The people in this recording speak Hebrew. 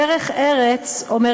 דרך ארץ קדמה לתורה,